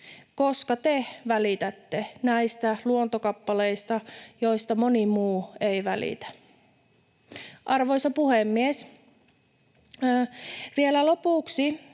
koska te välitätte näistä luontokappaleista, joista moni muu ei välitä. Arvoisa puhemies! Vielä lopuksi